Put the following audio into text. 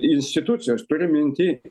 institucijos turiu minty